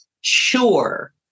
sure